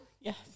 Yes